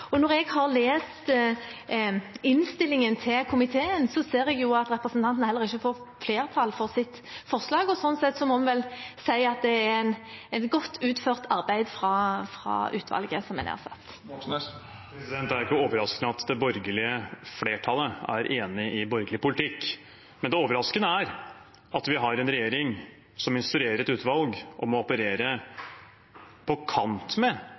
Når jeg har lest innstillingen til komiteen, ser jeg jo at representanten ikke får flertall for sitt forslag. Så slik sett må man vel si at det er et godt utført arbeid fra utvalget som er nedsatt. Det er ikke overraskende at det borgerlige flertallet er enig i borgerlig politikk, det overraskende er at vi har en regjering som instruerer et utvalg om å operere på kant med